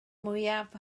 mwyaf